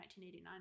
1989